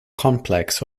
complex